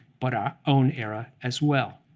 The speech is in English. but our own era as well.